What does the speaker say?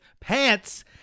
pants